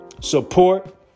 support